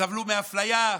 סבלו מאפליה,